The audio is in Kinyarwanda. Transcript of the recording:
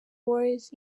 wars